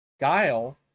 Guile